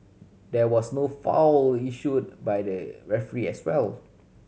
there was no foul issued by the referee as well